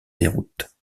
déroute